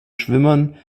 schwimmern